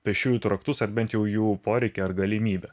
pėsčiųjų traktus ar bent jau jų poreikį ar galimybę